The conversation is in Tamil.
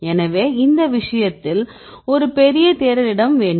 எனவே இந்த விஷயத்தில் ஒரு பெரிய தேடல் இடம் வேண்டும்